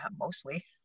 mostly